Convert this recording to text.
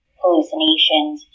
hallucinations